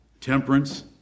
temperance